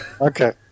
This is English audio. Okay